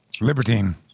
Libertine